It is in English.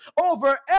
over